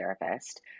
therapist